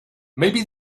maybe